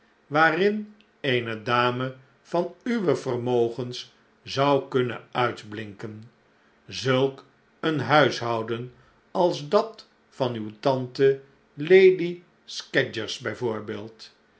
waarin eene dame van u w e vermogens zou kunnen uitblinken zulk een huishouden als dat van uw tante lady